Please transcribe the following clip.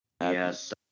yes